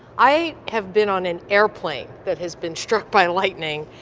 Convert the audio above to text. i have been on an airplane that has been struck by lightning,